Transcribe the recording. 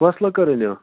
کۄس لٔکٕر أنۍوٕ